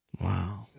Wow